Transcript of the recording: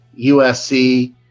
USC